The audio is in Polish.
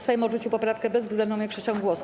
Sejm odrzucił poprawkę bezwzględną większością głosów.